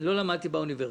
לא באוניברסיטה,